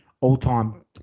all-time